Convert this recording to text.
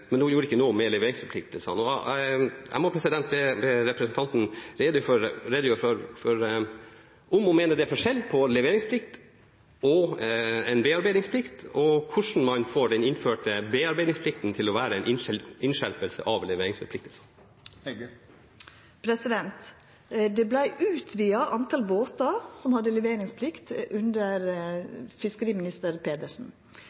Men hun gjorde ikke noe med leveringsforpliktelsene. Jeg må be representanten redegjøre for om hun mener det er forskjell på leveringsplikt og bearbeidingsplikt, og hvordan man får den innførte bearbeidingsplikten til å være en innskjerpelse av leveringsforpliktelsene. Ein utvida talet på båtar som hadde leveringsplikt, under tidlegare fiskeriminister Pedersen.